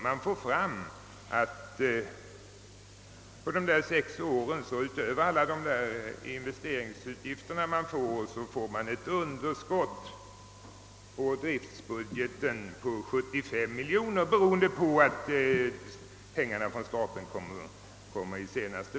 Utöver de investeringsutgifter man har under dessa sex år får man på driftbudgeten ett underskott på 75 miljoner kronor beroen de på att pengarna från staten kommer så sent.